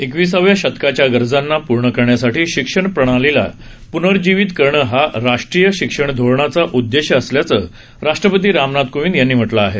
एकविसाव्या शतकाच्या गरजांना पूर्ण करण्यासाठी शिक्षण प्रणालीला पूनर्जिवित करणं हा राष्ट्रीय शिक्षण धोरणाचा उददेश असल्याचं राष्ट्रपती रामनाथ कोविंद यांनी म्हटलं आहे